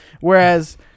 Whereas